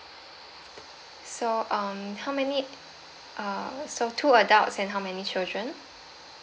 so um how many uh so two adults and how many children